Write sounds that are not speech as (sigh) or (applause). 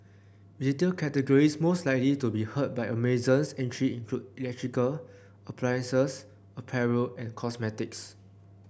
retail categories most likely to be hurt by Amazon's entry (unintelligible) electrical appliances apparel and cosmetics